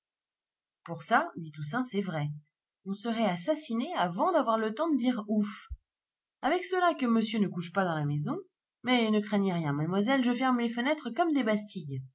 pour ça dit toussaint c'est vrai on serait assassiné avant d'avoir le temps de dire ouf avec cela que monsieur ne couche pas dans la maison mais ne craignez rien mademoiselle je ferme les fenêtres comme des bastilles